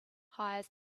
hires